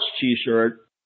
t-shirt